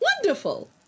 Wonderful